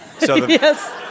Yes